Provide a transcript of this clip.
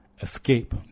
Escape